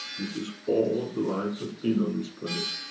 this is all the life has been on this planet.